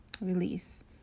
Release